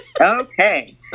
Okay